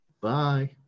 Bye